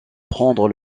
prendre